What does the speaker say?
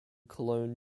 cologne